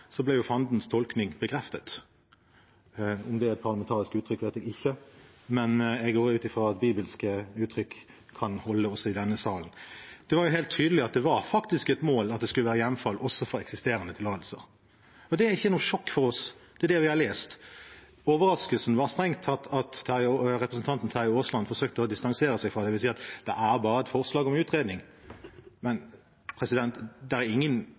Så er vi nå beskyldt for å lese Bibelen som fanden leser den. Det interessante er at i løpet av innlegget til vedkommende som sa det, ble jo fandens tolkning bekreftet. Om det er et parlamentarisk uttrykk, vet jeg ikke, men jeg går ut fra at bibelske uttrykk kan holde også i denne salen. Det var jo helt tydelig at det faktisk var et mål at det skulle være hjemfall også for eksisterende tillatelser, og det er ikke noe sjokk for oss, det er det vi har lest. Overraskelsen var strengt tatt at representanten Terje Aasland forsøkte å distansere seg fra